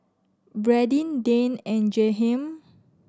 Bradyn Dayne and Jahiem